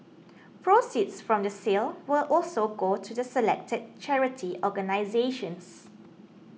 proceeds from the sale will also go to the selected charity organisations